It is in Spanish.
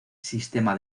sistema